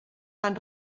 fan